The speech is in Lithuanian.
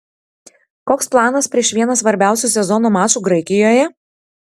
koks planas prieš vieną svarbiausių sezono mačų graikijoje